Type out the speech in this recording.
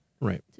Right